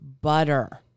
butter